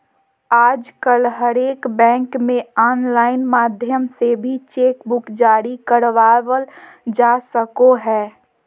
आजकल हरेक बैंक मे आनलाइन माध्यम से भी चेक बुक जारी करबावल जा सको हय